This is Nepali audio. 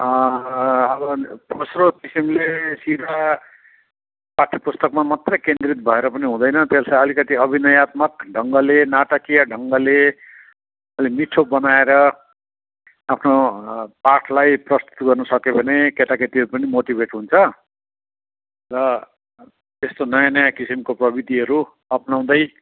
अब खस्रो किसिमले सिधा पाठ्य पुस्तकमा मात्रै केन्द्रित भएर पनि हुँदैन त्यसलाई अलिकति अभिनयात्मक ढङ्गले नाटकीय ढङ्गले अलि मिठो बनाएर आफ्नो पाठलाई प्रस्तुत गर्नसके भने केटाकेटीहरू पनि मोटिभेट हुन्छ र त्यस्तो नयाँ नयाँ किसिमको प्रवृतिहरू अप्नाउँदै